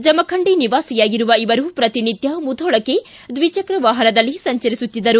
ಜಮಖಂಡಿ ನಿವಾಸಿಯಾಗಿರುವ ಇವರು ಪ್ರತಿ ನಿತ್ಯ ಮುಧೋಳಕ್ಕೆ ದ್ವಿಚಕ್ರ ವಾಹನದಲ್ಲಿ ಸಂಚರಿಸುತ್ತಿದ್ದರು